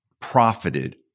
profited